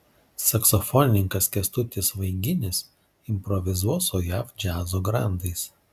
saksofonininkas kęstutis vaiginis improvizuos su jav džiazo grandais